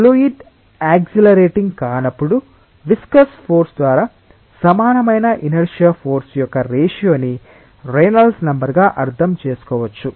fluid accelerating కానప్పుడు viscous force ద్వారా సమానమైన ఇనర్శియా ఫోర్సు యొక్క రేషియో ని రేనాల్డ్స్ నెంబర్ గా అర్థం చేసుకోవచ్చు